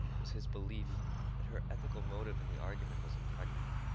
was his belief that her ethical motive in the argument was impregnable.